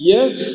Yes